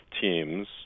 teams